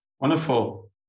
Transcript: Wonderful